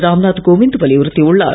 ராம்நாத் கோவிந்த் வலியுறுத்தியுள்ளார்